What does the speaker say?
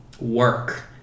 work